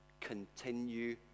Continue